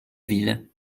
ville